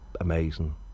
amazing